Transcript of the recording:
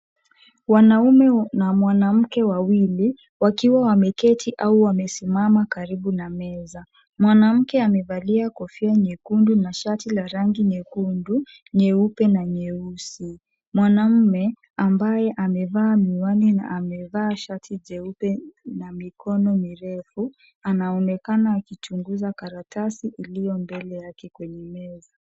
Wanaume na mwanamke wawili wakiwa wameketi au wamesimama karibu na meza. Mwanamke amevalia kofia nyekundu na shati la rangi nyekundu, nyeupe na nyeusi. Mwanaume ambaye amevaa miwani na amevaa shati jeupe na mikono mirefu anaonekana akichunguza karatasi iliyo mbele yake kwenye meza.